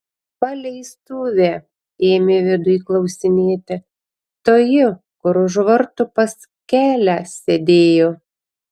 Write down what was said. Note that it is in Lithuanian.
paleistuvė ėmė viduj klausinėti toji kur už vartų pas kelią sėdėjo